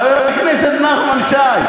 חבר הכנסת נחמן שי,